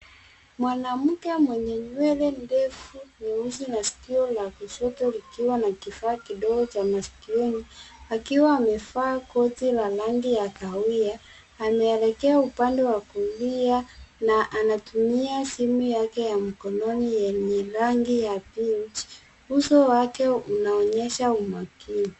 Mwanamke mwenye nywele ndefu nyeusi na sikio ya kushoto likiwa na kifaa kidogo cha masikioni akiwa amevaa koti ya rangi ya kahawia ameelekea upande wa kulia na anatumia simu yake ya mkononi yenye rangi ya pinch . Uso wake unaonyesha umakini.